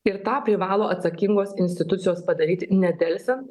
ir tą privalo atsakingos institucijos padaryti nedelsiant